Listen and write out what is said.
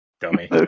dummy